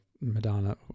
Madonna